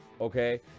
okay